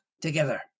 together